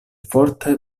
forte